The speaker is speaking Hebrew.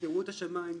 תראו את השמיים,